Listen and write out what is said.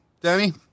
Danny